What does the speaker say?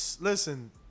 listen